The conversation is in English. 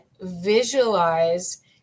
visualize